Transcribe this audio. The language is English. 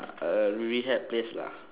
a rehab place lah